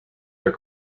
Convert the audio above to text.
are